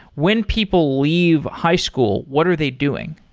when people leave high school? what are they doing?